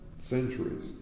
centuries